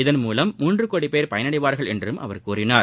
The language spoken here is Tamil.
இதன்மூலம் மூன்று கோடி பேர் பயனடைவார்கள் என்றும் அவர் கூறினார்